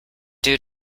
due